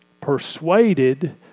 persuaded